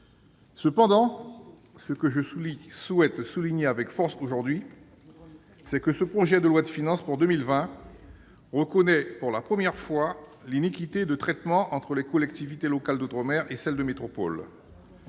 Cependant, ce que je souhaite souligner avec force aujourd'hui, c'est que ce projet de loi de finances pour 2020 reconnaît pour la première fois l'iniquité de traitement entre les collectivités locales d'outre-mer et celles de métropole.